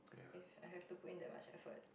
if I have to put in that much effort